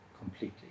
completely